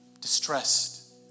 distressed